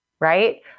Right